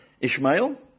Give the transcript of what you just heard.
Ishmael